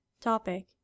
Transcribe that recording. Topic